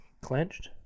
clenched